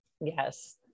Yes